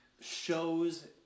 shows